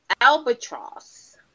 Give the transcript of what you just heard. albatross